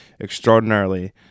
extraordinarily